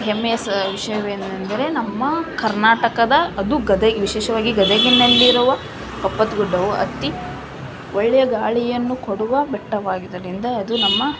ಹೆಮ್ಮೆಯ ಸ ವಿಷಯವೇನೆಂದರೆ ನಮ್ಮ ಕರ್ನಾಟಕದ ಅದು ಗದಗ ವಿಶೇಷವಾಗಿ ಗದಗಿನಲ್ಲಿರುವ ಕಪ್ಪತಗುಡ್ಡವು ಅತಿ ಒಳ್ಳೆಯ ಗಾಳಿಯನ್ನು ಕೊಡುವ ಬೆಟ್ಟವಾಗಿರೋದರಿಂದ ಅದು ನಮ್ಮ